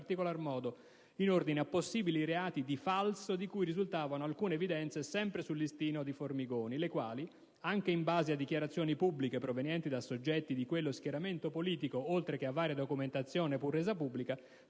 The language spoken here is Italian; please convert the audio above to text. in particolar modo in ordine a possibili reati di falso di cui risultavano alcune evidenze sul listino di Formigoni, òe cui firme, anche in base a dichiarazioni pubbliche provenienti da soggetti di quello schieramento politico, oltre che a varia documentazione, pure resa pubblica,